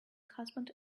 husband